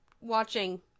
watching